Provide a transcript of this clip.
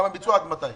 כמה ביצוע ועד מתי?